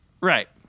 Right